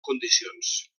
condicions